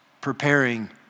preparing